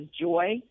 joy